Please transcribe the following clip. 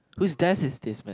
who's desk is this man